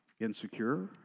insecure